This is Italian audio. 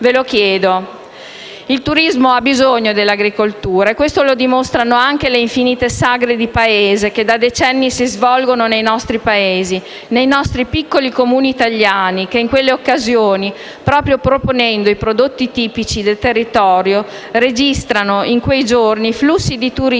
Il turismo ha bisogno dell'agricoltura e questo lo dimostrano anche le infinite sagre che da decenni si svolgono nei nostri paesi, nei nostri piccoli Comuni italiani che in quelle occasioni, proprio proponendo i prodotti tipici del territorio, registrano flussi di turismo